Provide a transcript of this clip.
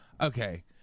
Okay